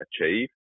achieve